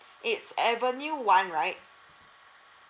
it's avenue one right